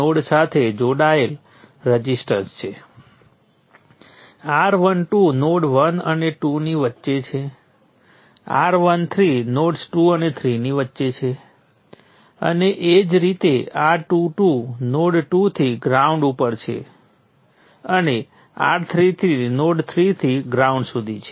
nodal વિશ્લેષણ માટે resistors અને ફક્ત સ્વતંત્ર કરંટ સ્રોત સાથેના સર્કિટ્સનો મામલો સૌથી સરળ છે પરંતુ તેનો ઉપયોગ થોડો ફેરફાર સાથે અન્ય લોકો માટે થઈ શકે છે તો ચાલો આ સર્કિટ લઈએ જેમાં વોલ્ટેજ સ્રોત છે